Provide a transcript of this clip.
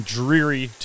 dreary